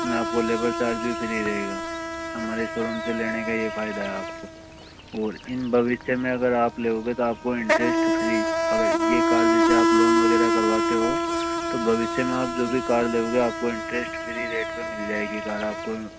इसमें आपको labour charges भी फ्री रहेगा हमारे शोरूम से लेने का यह फायदा है आपको और इन भविष्य में अगर आप लेओगे तो आपको इन्ट्रेस्ट फ्री अगर यह कार जैसे आप लोन वगैरह करवाते हो तो भविष्य में आप जो भी कार लेओगे आपको इन्ट्रेस्ट फ्री रेट पे मिल जाएगी कार आपको